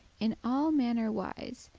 in alle manner wise,